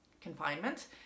confinement